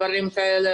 דברים כאלה,